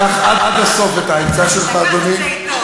לקח עד הסוף את העצה שלך, אדוני.